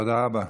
תודה רבה.